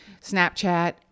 Snapchat